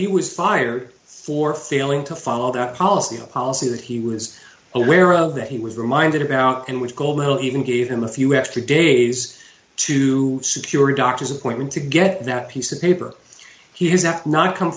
he was fired for failing to follow that policy a policy that he was aware of that he was reminded about and which goal though even gave him a few extra days to secure a doctor's appointment to get that piece of paper he has asked not come